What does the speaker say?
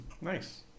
Nice